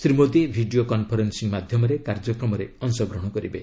Shri Modi video conferencing ମାଧ୍ୟମରେ କାର୍ଯ୍ୟକ୍ରମରେ ଅଂଶଗ୍ରହଣ କରିବେ